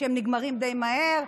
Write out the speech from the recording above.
שנגמרים די מהר,